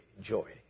Joy